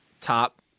top